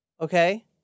Okay